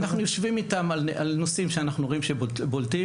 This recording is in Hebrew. אנחנו יושבים איתם על נושאים שאנחנו רואים שבולטים,